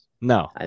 No